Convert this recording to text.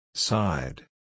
Side